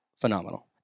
Phenomenal